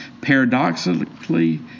Paradoxically